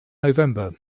november